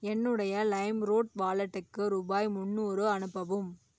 என்னுடைய Lime Root வாலெட்டுக்கு ரூபாய் முந்நூறு அனுப்பவும்